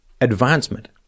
advancement